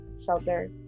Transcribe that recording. shelter